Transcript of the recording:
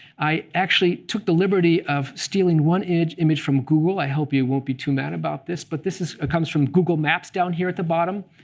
i actually took the liberty of stealing one image image from google. i hope you won't be too mad about this, but this comes comes from google maps down here at the bottom.